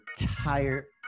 entire